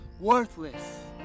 worthless